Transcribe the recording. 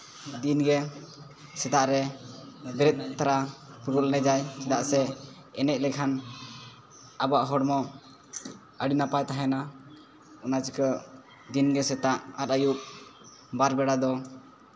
ᱫᱤᱱ ᱜᱮ ᱥᱮᱛᱟᱜ ᱨᱮ ᱵᱮᱨᱮᱫ ᱛᱚᱨᱟ ᱯᱷᱩᱴᱵᱚᱞ ᱮᱱᱮᱡᱟᱭ ᱪᱮᱫᱟᱜ ᱥᱮ ᱮᱱᱮᱡᱽ ᱞᱮᱱᱠᱷᱟᱱ ᱟᱵᱚᱣᱟᱜ ᱦᱚᱲᱢᱚ ᱟᱹᱰᱤ ᱱᱟᱯᱟᱭ ᱛᱟᱦᱮᱱᱟ ᱚᱱᱟ ᱪᱤᱠᱟᱹ ᱫᱤᱱ ᱜᱮ ᱥᱮᱛᱟᱜ ᱟᱨ ᱟᱹᱭᱩᱵᱽ ᱵᱟᱨ ᱵᱮᱲᱟ ᱫᱚ